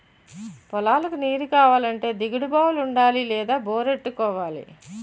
పొలాలకు నీరుకావాలంటే దిగుడు బావులుండాలి లేదా బోరెట్టుకోవాలి